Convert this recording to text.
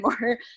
more